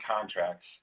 contracts